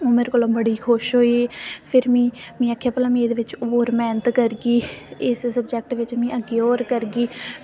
मेरे कोला बड़े खुश होए ते फिर में आक्खेआ कि भला में एह्दे बिच ओह् होर मैह्नत करगी इस सब्जेक्ट बिच में होर करगी